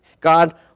God